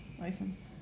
License